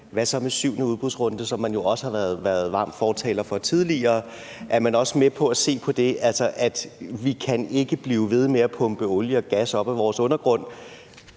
Hvad så med den syvende udbudsrunde, som man jo også har været varm fortaler for tidligere? Er man også med på at se på den? Altså at vi ikke kan blive ved med at pumpe olie og gas op af vores undergrund.